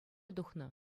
тухнӑ